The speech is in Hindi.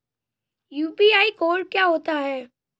यू.पी.आई कोड क्या होता है?